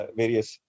various